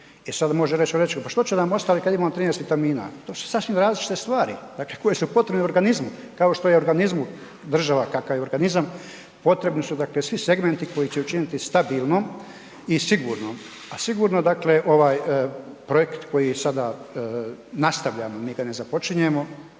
ne razumije./... pa što će nam ostali kad imam 13 vitamina. To su sasvim različite stvari, dakle, koje su potrebne organizmu, kao što je organizmu, država kakav je organizam, potrebni su svi segmenti koji će je učiniti stabilnom i sigurnom. A sigurno dakle, projekt koji sada nastavljamo, mi ga ne započinjemo,